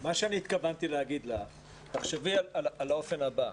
מה שהתכוונתי להגיד לך הוא שתחשבי על האופן הבא: